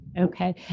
Okay